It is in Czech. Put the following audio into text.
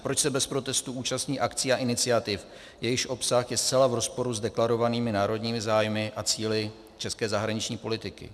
Proč se bez protestů účastní akcí a iniciativ, jejichž obsah je zcela v rozporu s deklarovanými národními zájmy a cíli české zahraniční politiky?